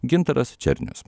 gintaras černius